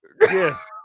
yes